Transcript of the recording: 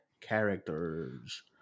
Characters